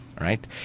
Right